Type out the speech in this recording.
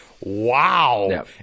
Wow